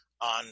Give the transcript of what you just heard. on